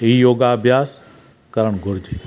योगा अभ्यास करणु घुरिजे